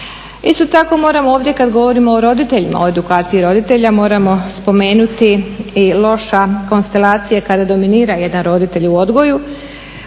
Isto tako moram ovdje, kad govorimo o roditeljima, o edukaciji roditelja moramo spomenuti i loša konstelacija kada dominira jedna roditelj u odgoju